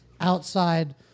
outside